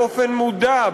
באופן מודע,